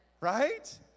Right